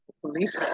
police